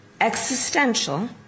existential